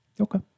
Okay